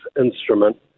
instrument